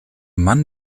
mann